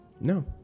No